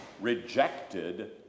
rejected